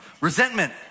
resentment